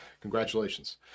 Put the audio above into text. Congratulations